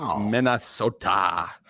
Minnesota